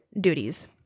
duties